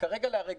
ומרגע לרגע,